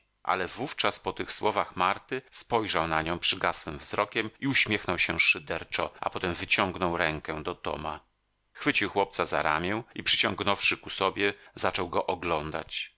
ale wówczas po tych słowach marty spojrzał na nią przygasłym wzrokiem i uśmiechnął się szyderczo a potem wyciągnął rękę do toma chwycił chłopca za ramię i przyciągnąwszy ku sobie zaczął go oglądać